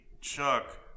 Chuck